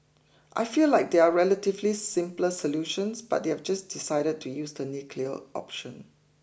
I feel like there are relatively simpler solutions but they just decided to use the nuclear option